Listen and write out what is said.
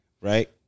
Right